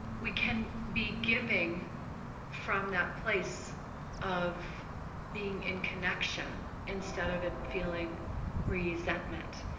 we can be giving from that place of being in connection instead of it feeling resentment.